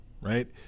right